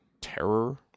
terror